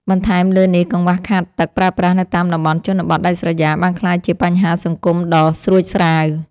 បន្ថែមលើនេះ កង្វះខាតទឹកប្រើប្រាស់នៅតាមតំបន់ជនបទដាច់ស្រយាលបានក្លាយជាបញ្ហាសង្គមដ៏ស្រួចស្រាវ។